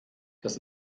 das